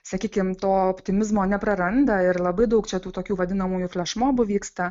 sakykim to optimizmo nepraranda ir labai daug čia tų tokių vadinamųjų flešmobų vyksta